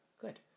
Good